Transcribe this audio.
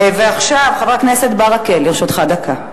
עכשיו, חבר הכנסת ברכה, לרשותך דקה.